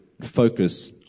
focus